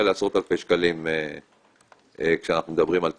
לעשרות אלפי שקלים כשאנחנו מדברים על טכנולוגיה.